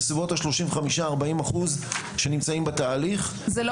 בסביבות ה-35-40 אחוז שנמצאים בתהליך --- זה לא